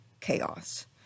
chaos